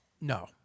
No